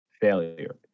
failure